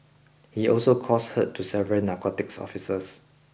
he also caused hurt to several narcotics officers